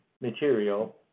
material